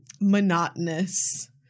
monotonous